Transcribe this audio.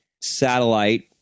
satellite